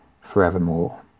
forevermore